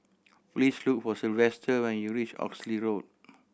please look for Sylvester when you reach Oxley Road